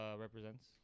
represents